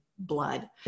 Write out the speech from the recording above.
blood